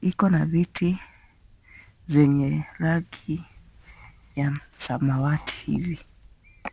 ikona viti zenye rangi ya samawati hivi.